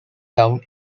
town